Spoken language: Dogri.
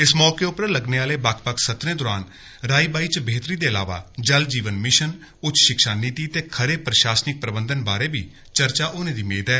इस मौके उप्पर लग्गने आहले बक्ख बक्ख सत्रे दरान राहई बाहई च बेहतरी दे अलावा जल जीवन मिशन उच्च शि क्षा नीति ते खरे प्र शा सनिक प्रबंधन बारे बी चर्चा होने दी मेद ऐ